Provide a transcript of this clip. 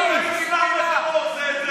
למה לאסלאם אתה לא עושה את זה?